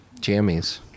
Jammies